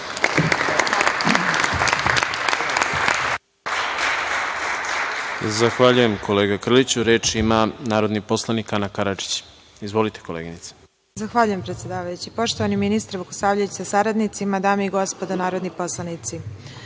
Zahvaljujem kolega Krliću. Reč ima narodni poslanik Ana Karadžić. Izvolite, koleginice. **Ana Karadžić** Zahvaljujem predsedavajući. Poštovani ministre Vukosavljeviću sa saradnicima, dame i gospodo narodni poslanici,